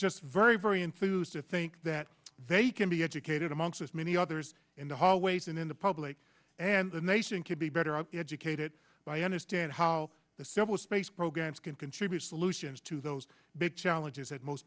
just very very enthused to think that they can be educated amongst us many others in the hallways and in the public and the nation could be better are educated by understand how the civil space programs can contribute solutions to those big challenges that most